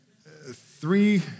three